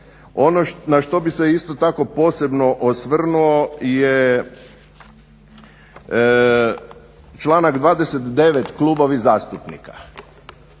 Ono na što bih se isto tako posebno osvrnuo je članak 29. klubovi zastupnika.